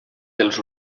dels